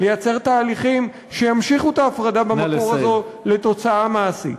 לייצר תהליכים שימשיכו את ההפרדה במקור הזאת לתוצאה מעשית.